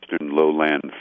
lowland